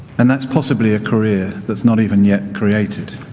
and that's possibly a career that's not even yet created.